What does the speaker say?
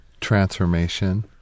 Transformation